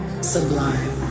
Sublime